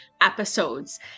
episodes